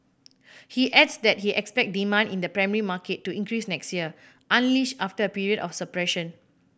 he adds that he expect demand in the primary market to increase next year unleashed after a period of suppression